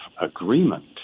agreement